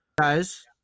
Guys